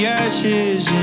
ashes